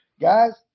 Guys